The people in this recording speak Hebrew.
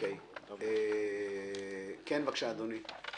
בבקשה, אדוני.